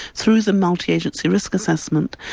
through the multi-agency risk assessment,